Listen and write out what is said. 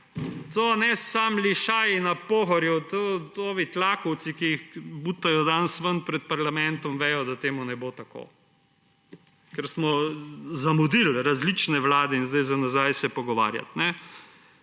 ne samo lišaji na Pohorju, tudi tlakovci, ki butajo danes ven pred parlamentom, vedo, da to ne bo tako, ker smo zamudili, različne vlade, in zdaj se pogovarjamo